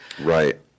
Right